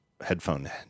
headphone